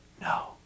No